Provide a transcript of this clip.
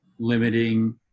limiting